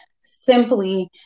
simply